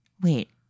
Wait